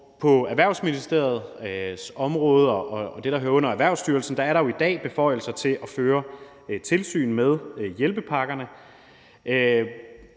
På Erhvervsministeriets område og det, der hører under Erhvervsstyrelsen, er der jo i dag beføjelser til at føre tilsyn med hjælpepakkerne.